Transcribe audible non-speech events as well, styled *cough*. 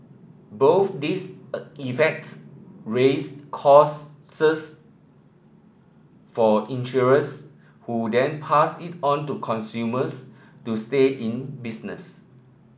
both these *unintelligible* effects raise costs *unintelligible* for insurers who then pass it on to consumers to stay in business